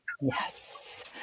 Yes